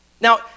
Now